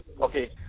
Okay